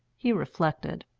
he reflected.